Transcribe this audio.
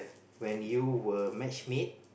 when you were match made